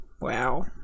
Wow